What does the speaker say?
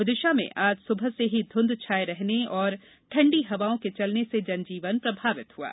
विदिशा में आज सुबह से ही धूंध छाये रहने और ठंडी हवाओं के चलने से जन जीवन प्रभावित हुआ है